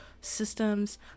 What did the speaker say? systems